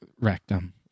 rectum